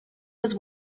was